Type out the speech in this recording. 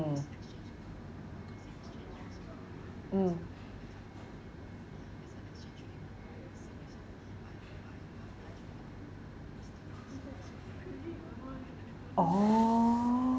mm oh